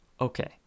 Okay